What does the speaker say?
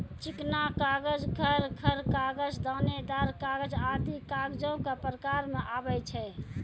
चिकना कागज, खर खर कागज, दानेदार कागज आदि कागजो क प्रकार म आवै छै